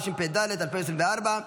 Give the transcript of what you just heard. התשפ"ד 2024,